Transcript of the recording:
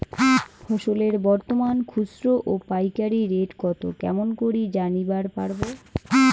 ফসলের বর্তমান খুচরা ও পাইকারি রেট কতো কেমন করি জানিবার পারবো?